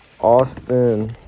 Austin